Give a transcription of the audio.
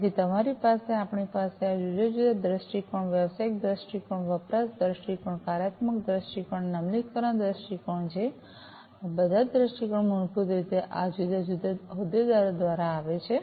તેથી તમારી પાસે આપણી પાસે આ જુદા જુદા દ્રષ્ટિકોણ વ્યવસાયિક દ્રષ્ટિકોણ વપરાશ દૃષ્ટિકોણ કાર્યાત્મક દૃષ્ટિકોણ અને અમલીકરણ દ્રષ્ટિકોણ છે અને આ બધા દૃષ્ટિકોણ મૂળભૂત રીતે આ જુદા જુદા હોદ્દેદારો દ્વારા આવે છે